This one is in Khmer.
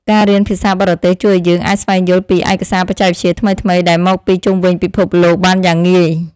ការរៀនភាសាបរទេសជួយឱ្យយើងអាចស្វែងយល់ពីឯកសារបច្ចេកវិទ្យាថ្មីៗដែលមកពីជុំវិញពិភពលោកបានយ៉ាងងាយ។